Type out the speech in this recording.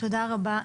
תודה רבה.